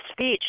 speech